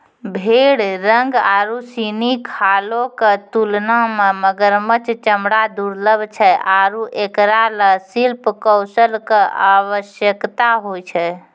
भेड़ रंग आरु सिनी खालो क तुलना म मगरमच्छ चमड़ा दुर्लभ छै आरु एकरा ल शिल्प कौशल कॅ आवश्यकता होय छै